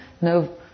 No